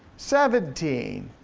seventeen,